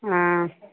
ஆ